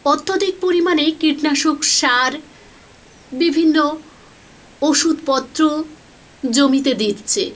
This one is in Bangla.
অত্যধিক পরিমাণে কীটনাশক সার বিভিন্ন ওষুধপত্র জমিতে দিচ্ছে